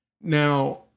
Now